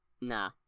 Nah